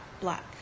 black